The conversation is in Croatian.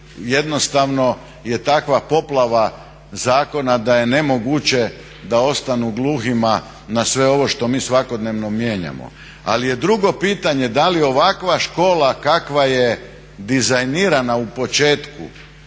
jednostavno je takva poplava zakona da je nemoguće da ostanu gluhima na sve ovo što mi svakodnevno mijenjamo. Ali je drugo pitanje da li ovakva škola kakva je dizajnirana u početku